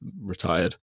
retired